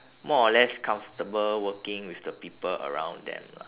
more or less comfortable working with the people working around them lah